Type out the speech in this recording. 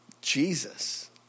Jesus